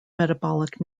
metabolic